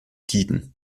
tiden